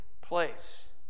place